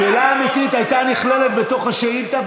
שאלה אמיתית הייתה נכללת בתוך השאילתה,